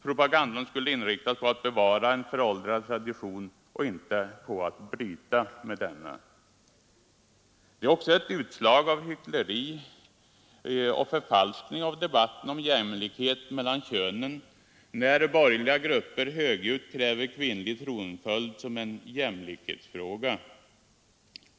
Propagandan skulle inriktas på att bevara en föråldrad tradition och inte på att bryta med denna. Det är också ett utslag av hyckleri och förfalskning av debatten om jämlikhet mellan könen när borgerliga grupper högljutt kräver kvinnlig tronföljd som en jämlikhetsåtgärd.